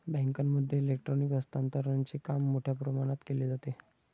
बँकांमध्ये इलेक्ट्रॉनिक हस्तांतरणचे काम मोठ्या प्रमाणात केले जाते